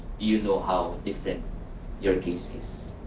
you know how different your case is.